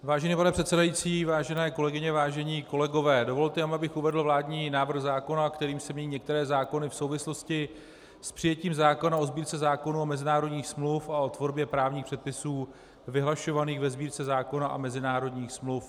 Vážený pane předsedající, vážené kolegyně, vážení kolegové, dovolte, abych uvedl vládní návrh zákona, kterým se mění některé zákony v souvislosti s přijetím zákona o Sbírce zákonů a mezinárodních smluv a o tvorbě právních předpisů vyhlašovaných ve Sbírce zákonů a mezinárodních smluv.